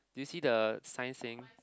do you see the sign saying